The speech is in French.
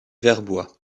vertbois